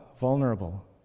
vulnerable